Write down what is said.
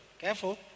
Careful